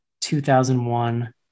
2001